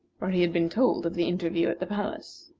for he had been told of the interview at the palace.